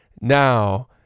Now